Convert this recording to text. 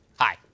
Hi